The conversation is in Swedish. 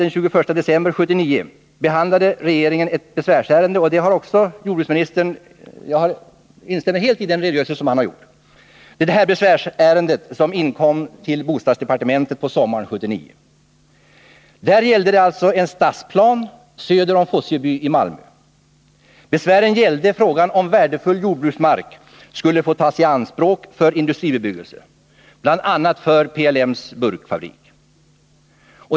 Den 21 december 1979, behandlade regeringen ett besvärsärende som inkommit till bostadsdepartementet på sommaren 1979 och som rörde en stadsplan söder om Fosieby i Malmö. Besvären gällde frågan, om värdefull jordbruksmark skulle få tas i anspråk för industribebyggelse, bl.a. för PLM:s burkfabrik.